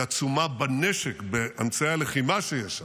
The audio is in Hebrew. היא עצומה בנשק, באמצעי הלחימה שיש שם,